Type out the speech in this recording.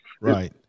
Right